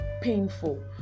painful